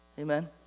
Amen